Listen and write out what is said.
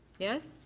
yes.